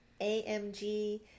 AMG